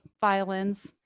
violins